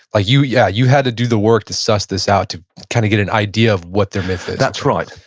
ah yeah, you had to do the work to suss this out, to kind of get an idea of what their myth is that's right.